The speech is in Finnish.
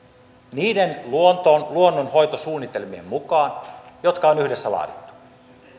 niiden luonnonhoitosuunnitelmien mukaan jotka on yhdessä laadittu